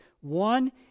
One